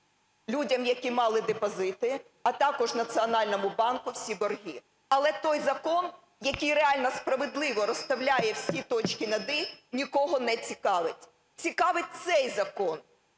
людям, які мали депозити, а також Національному банку всі борги. Але той закон, який реально справедливо розставляє всі точки над "і", нікого не цікавить. Цікавить цей закон,